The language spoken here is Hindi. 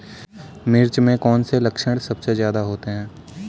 मिर्च में कौन से लक्षण सबसे ज्यादा होते हैं?